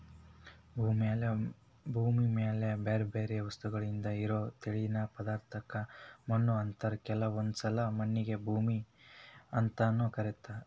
ಭೂಮಿ ಮ್ಯಾಲೆ ಬ್ಯಾರ್ಬ್ಯಾರೇ ವಸ್ತುಗಳಿಂದ ಇರೋ ತೆಳ್ಳನ ಪದರಕ್ಕ ಮಣ್ಣು ಅಂತಾರ ಕೆಲವೊಂದ್ಸಲ ಮಣ್ಣಿಗೆ ಭೂಮಿ ಅಂತಾನೂ ಕರೇತಾರ